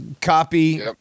Copy